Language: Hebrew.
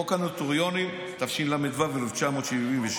חוק הנוטריונים התשל"ו 1976,